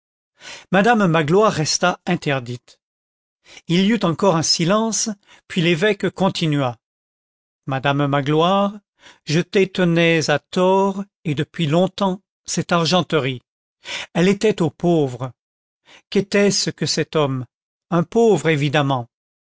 madame magloire resta interdite il y eut encore un silence puis l'évêque continua madame magloire je détenais à tort et depuis longtemps cette argenterie elle était aux pauvres qu'était-ce que cet homme un pauvre évidemment